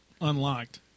unlocked